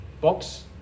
box